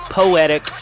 poetic